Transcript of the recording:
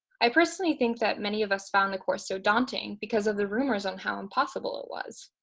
i personally think that many of us found the course so daunting because of the rumors on how impossible it was.